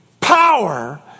power